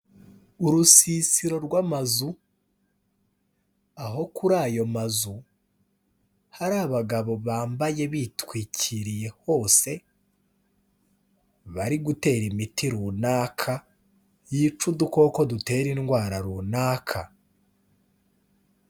Urusisiro rw'amazu, aho kuri ayo mazu hari abagabo bambaye bitwikiriye hose, bari gutera imiti runaka, yica udukoko dutera indwara runaka.